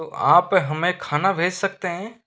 तो आप हमें खाना भेज सकते हैं